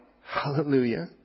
Hallelujah